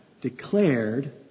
declared